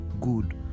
good